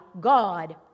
God